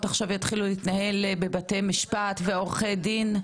עכשיו יתחילו להתנהל בבתי משפט ועורכי דין,